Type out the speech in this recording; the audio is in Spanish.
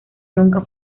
nunca